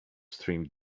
streamed